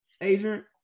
adrian